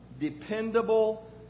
dependable